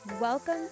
Welcome